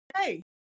hey